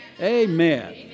Amen